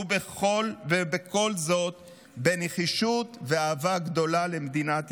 כל זאת בנחישות ואהבה גדולה למדינת ישראל.